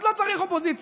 אז לא צריך אופוזיציה.